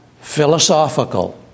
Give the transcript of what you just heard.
Philosophical